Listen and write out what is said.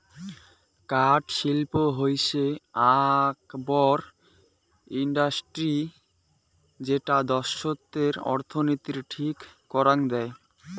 কাঠ শিল্প হৈসে আক বড় ইন্ডাস্ট্রি যেটা দ্যাশতের অর্থনীতির ঠিক করাং দেয়